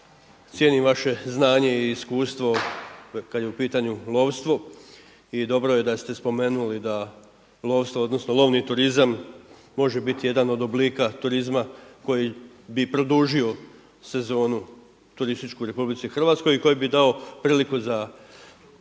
cijenim vaše znanje i iskustvo kada je u pitanju lovstvo i dobro je da ste spomenuli da lovstvo odnosno lovni turizam može biti jedan od oblika turizma koji bi produžio sezonu turističku u RH i koji bi dao priliku za gospodarske